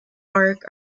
arc